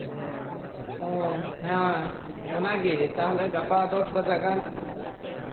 ᱚᱻ ᱦᱮᱸ ᱚᱱᱟᱜᱮ ᱛᱟᱦᱞᱮ ᱜᱟᱯᱟ ᱫᱚᱥ ᱵᱟᱡᱟᱜ ᱜᱟᱱ